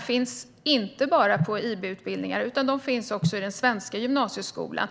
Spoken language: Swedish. finns inte bara på IB-utbildningar utan också i den svenska gymnasieskolan.